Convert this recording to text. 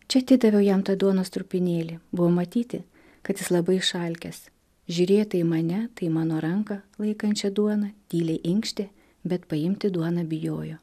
čia atidaviau jam tą duonos trupinėlį buvo matyti kad jis labai išalkęs žiūrėta į mane į mano ranka laikančią duoną tyliai inkštė bet paimti duoną bijojo